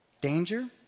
Danger